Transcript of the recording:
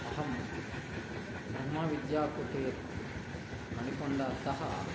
अहं ब्रह्मविद्या कुटीर् मणिकुण्डातः